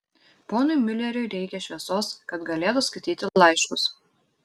ponui miuleriui reikia šviesos kad galėtų skaityti laiškus